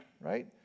right